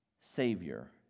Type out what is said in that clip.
savior